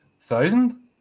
Thousand